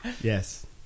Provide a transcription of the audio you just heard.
Yes